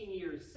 years